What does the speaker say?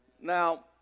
Now